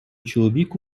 чоловік